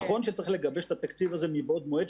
נכון שצריך לגבש את התקציב הזה מבעוד מועד,